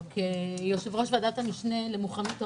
כיושב-ראש ועדת המשנה למוכנות העורף,